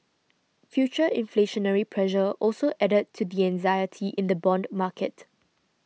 future inflationary pressure also added to the anxiety in the bond market